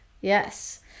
Yes